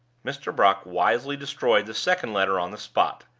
mr. brock wisely destroyed the second letter on the spot,